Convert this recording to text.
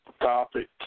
topic